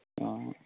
हाँ